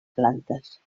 plantes